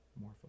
more